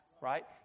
right